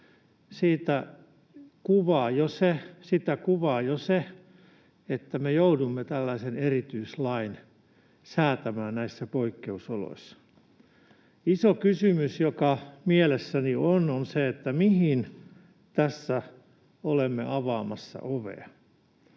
Sitä kuvaa jo se, että me joudumme tällaisen erityislain säätämään näissä poikkeusoloissa. Iso kysymys, joka mielessäni on, on se, mihin tässä olemme avaamassa ovea